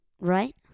right